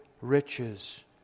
riches